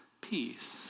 peace